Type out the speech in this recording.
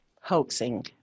hoaxing